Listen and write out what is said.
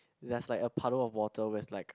there's like a puddle of water where's like